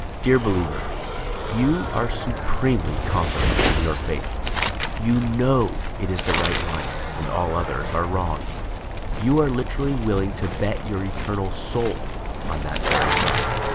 dear believer you are supremely confident in your faith you know it is the right one and all others are wrong you are literally willing to bet your eternal soul on that very fact